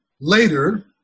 Later